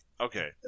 Okay